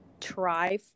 try